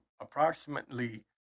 approximately